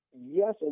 Yes